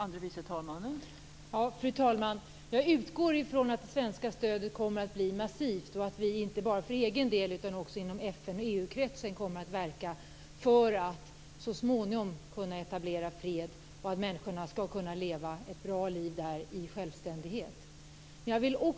Fru talman! Jag utgår från att det svenska stödet kommer att bli massivt och att vi inte bara själva utan också inom FN och EU-kretsen kommer att verka för att så småningom kunna etablera fred och för att människorna där skall kunna leva ett bra liv i självständighet.